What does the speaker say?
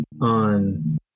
on